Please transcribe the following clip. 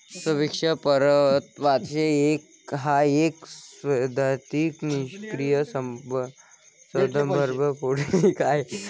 सापेक्ष परतावा हा एक सैद्धांतिक निष्क्रीय संदर्भ पोर्टफोलिओ आहे